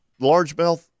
largemouth